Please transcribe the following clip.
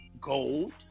gold